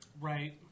right